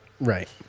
Right